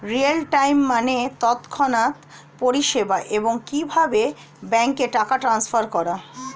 real time মানে তৎক্ষণাৎ পরিষেবা, এবং কিভাবে ব্যাংকে টাকা ট্রান্সফার করা